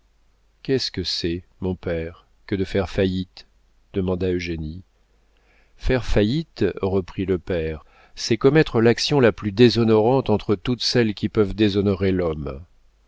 qu'est-ce que c'est mon père que de faire faillite demanda eugénie faire faillite reprit le père c'est commettre l'action la plus déshonorante entre toutes celles qui peuvent déshonorer l'homme